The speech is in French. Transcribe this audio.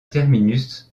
terminus